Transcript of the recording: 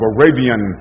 Arabian